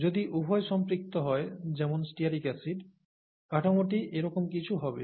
যদি উভয় সম্পৃক্ত হয় যেমন স্টিয়ারিক অ্যাসিড কাঠামোটি এরকম কিছু হবে